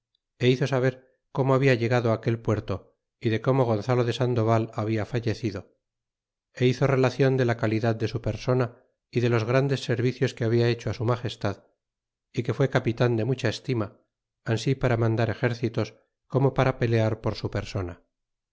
é hizo saber como habla llegado á aquel puerto y de como gonzalo de sandoval habla fallecido e hizo relacion de la calidad de su persona y de los grandes servicios que habla hecho su magestad y que fué capitan de mucha estima ansi para mandar exércitos como para pelear por su persona